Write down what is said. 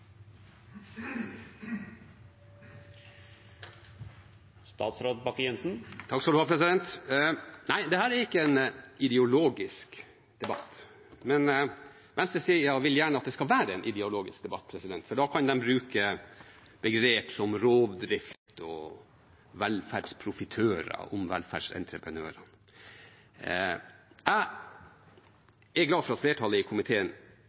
ikke en ideologisk debatt, men venstresida vil gjerne at det skal være en ideologisk debatt, for da kan de bruke begrep som «rovdrift» og «velferdsprofitører» om velferdsentreprenører. Jeg er glad for at flertallet i komiteen